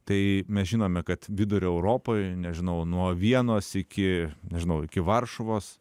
tai mes žinome kad vidurio europoje nežinau nuo vienos iki nežinau iki varšuvos